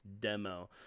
demo